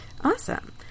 Awesome